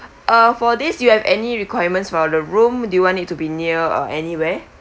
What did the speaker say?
uh for this you have any requirements for the room do you want it to be near uh any where